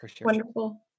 Wonderful